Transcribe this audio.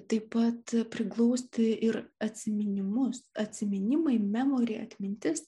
taip pat priglausti ir atsiminimus atsiminimai memori atmintis